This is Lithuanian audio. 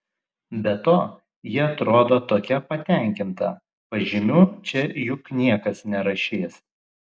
be to ji atrodo tokia patenkinta pažymių čia juk niekas nerašys